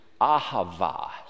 ahava